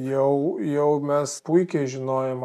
jau jau mes puikiai žinojom